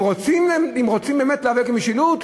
אם רוצים באמת להיאבק בבעיית המשילות,